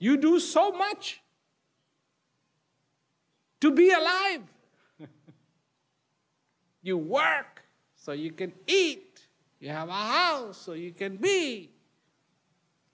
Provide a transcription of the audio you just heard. you do so much to be alive you work so you can eat yeah wow so you can be